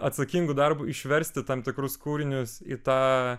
atsakingu darbu išversti tam tikrus kūrinius į tą